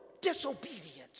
disobedience